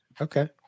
okay